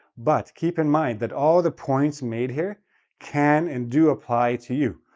but keep in mind that all the points made here can and do apply to you.